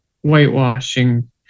whitewashing